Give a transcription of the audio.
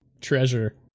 treasure